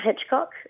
Hitchcock